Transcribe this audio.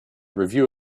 review